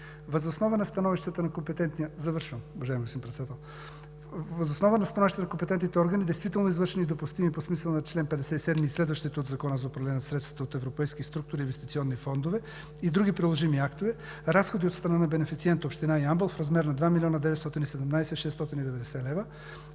Въз основа на становищата на компетентните органи, действително извършени и допустими по смисъла на чл. 57 и следващите от Закона за управление на средствата от Европейските структурни и инвестиционни фондове, и други приложими актове, разходи от страна на бенефициента от община Ямбол в размер на 2 млн. 917 хил.